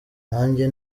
nanjye